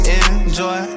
enjoy